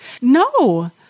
No